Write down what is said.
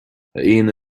aíonna